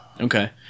Okay